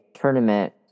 tournament